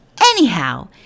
Anyhow